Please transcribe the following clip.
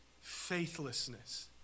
Faithlessness